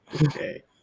Okay